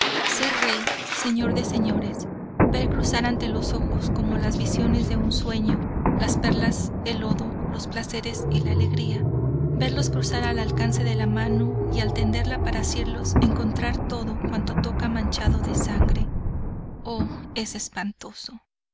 ser rey señor de señores ver cruzar ante los ojos como las visiones de un sueño las perlas el lodo los placeres y la alegría verlos cruzar al alcance de la mano y al tenderla para asirlos encontrar todo cuanto toca manchado en sangre oh esto es espantoso